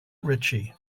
ritchie